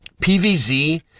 PVZ